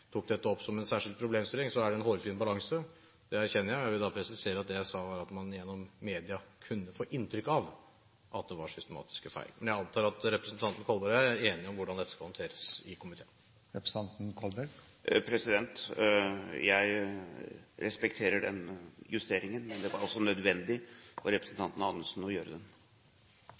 tok dette opp som en særskilt problemstilling. Det er en hårfin balanse. Det erkjenner jeg, og jeg vil da presisere at det jeg sa, var at man gjennom media kunne få inntrykk av at det var systematiske feil. Men jeg antar at representanten Kolberg og jeg er enige om hvordan dette skal håndteres i komiteen. Jeg respekterer den justeringen. Det var også nødvendig av representanten Anundsen å gjøre den.